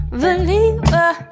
believer